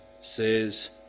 says